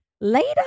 later